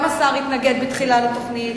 גם השר התנגד בתחילת התוכנית,